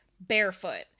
barefoot